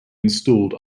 installed